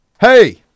hey